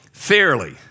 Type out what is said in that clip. fairly